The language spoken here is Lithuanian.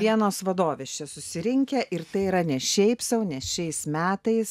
vienos vadovės čia susirinkę ir tai yra ne šiaip sau nes šiais metais